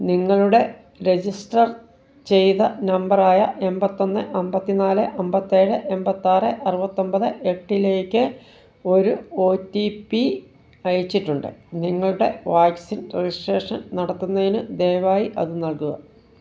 നിങ്ങളുടെ രജിസ്റ്റർ ചെയ്ത നമ്പറായ എൺപത്തി ഒന്ന് അമ്പത്തി നാല് അമ്പത്തി എഴ് എൺപത്തി ആറ് എൺപത്തി ആറ് അറുപത്തി ഒമ്പത് എട്ടിലേക്ക് ഒരു ഒ ടി പി അയച്ചിട്ടുണ്ട് നിങ്ങളുടെ വാക്സിൻ രജിസ്ട്രേഷൻ നടത്തുന്നതിന് ദയവായി അത് നൽകുക